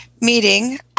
meeting